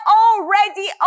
already